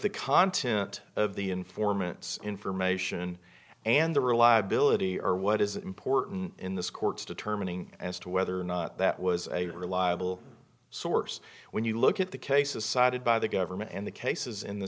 the content of the informant's information and the reliability are what is important in this court's determining as to whether or not that was a reliable source when you look at the cases cited by the government and the cases in the